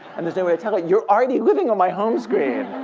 and there's no way to tell it, you're already living on my home screen.